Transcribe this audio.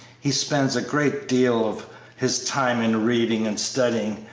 he spends a great deal of his time in reading and studying,